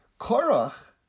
Korach